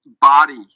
body